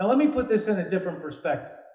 um and me put this in a different perspective.